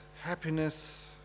happiness